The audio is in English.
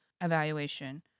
evaluation